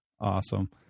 Awesome